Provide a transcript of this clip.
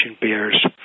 bears